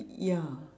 ya